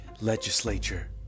legislature